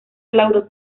claudio